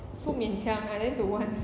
so